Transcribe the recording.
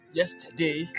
yesterday